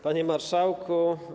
Panie Marszałku!